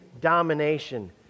domination